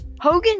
Hogan